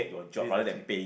this actually